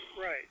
Right